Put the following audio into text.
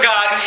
God